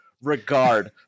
regard